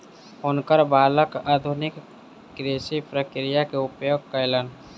हुनकर बालक आधुनिक कृषि प्रक्रिया के उपयोग कयलैन